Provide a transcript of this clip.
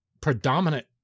predominant